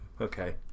okay